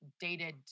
dated